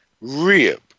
rib